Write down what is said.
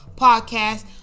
podcast